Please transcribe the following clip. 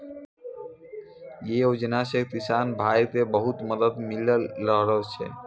यै योजना सॅ किसान भाय क बहुत मदद मिली रहलो छै